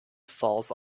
falls